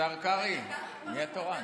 השר קרעי, מי התורן?